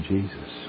Jesus